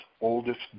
oldest